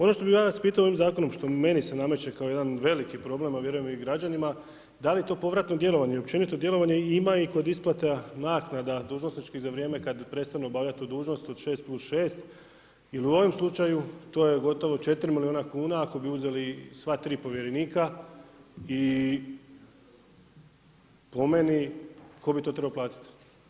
Ono što bi ja vas pitao ovim zakonom, što meni se nameće kao jedan veliki problem a vjerujem i građanima, da li je to povratno djelovanje i općenito djelovanje ima i kod isplata naknada dužnosničkih za vrijeme kad prestane obavljati tu dužnost od 6+6 jer u ovom slučaju to je gotovo 4 milijuna kuna, ako bi uzeli sva 3 povjerenika i po meni, tko bi to trebao platiti?